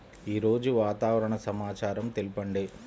ఈరోజు వాతావరణ సమాచారం తెలుపండి